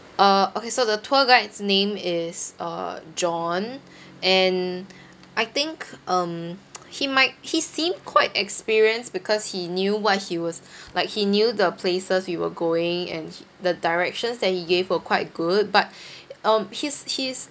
uh okay so the tour guide's name is uh john and I think um he might he seemed quite experienced because he knew what he was like he knew the places we were going and he the directions that he gave were quite good but um his his